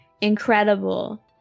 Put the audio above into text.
Incredible